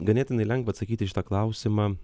ganėtinai lengva atsakyti į šitą klausimą